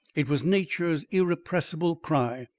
it was nature's irrepressible cry.